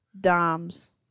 Dom's